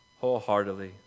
wholeheartedly